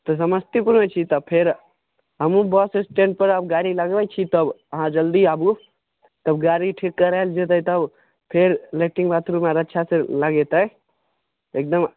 तऽ समस्तीपुर छी तऽ फेर हमहुँ बस स्टेण्ड पर आब गाड़ी लगबै छी तब अहाँ जल्दी आबू तब गाड़ी ठीक करायल जेतै तब फेर लैटरिंग बाथरूम आर अच्छा से भए जेतै तऽ एकदम